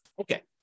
okay